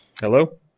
Hello